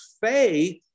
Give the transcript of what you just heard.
faith